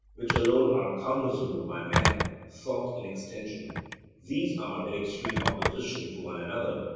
which alone are cognizable by man, thought and extension these are in extreme opposition to one another,